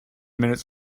minutes